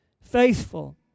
faithful